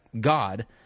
God